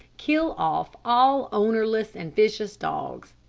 kill off all ownerless and vicious dogs.